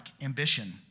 ambition